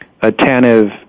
attentive